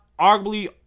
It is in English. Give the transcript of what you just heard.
arguably